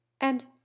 and